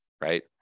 right